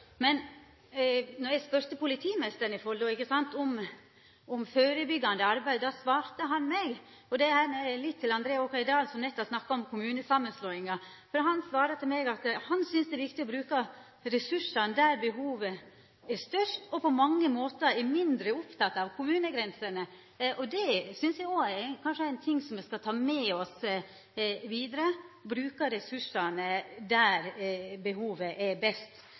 litt til André Oktay Dahl, som nett har snakka om kommunesamanslåingar – at han synest det er viktig å bruka ressursane der behovet er størst, og at ein på mange måtar er mindre oppteken av kommunegrensene. Det synest eg er noko me skal ta med oss vidare – bruka ressursane der behovet er